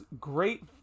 great